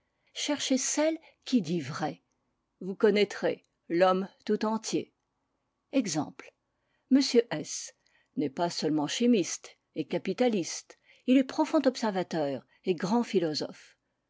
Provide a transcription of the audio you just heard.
cherchez celle qui dit vrai vous connaîtrez l'homme tout entier exemple m s n'est pas seulement chimiste et capitaliste il est profond observateur et grand philosophe